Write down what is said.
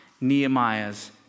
Nehemiah's